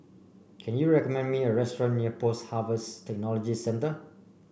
can you recommend me a restaurant near Post Harvest Technology Centre